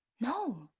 No